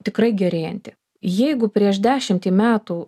tikrai gerėjanti jeigu prieš dešimtį metų